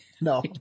No